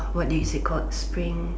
what is it called spring